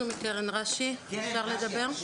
אנחנו מקרן רש"י, אפשר לדבר?